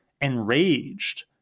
enraged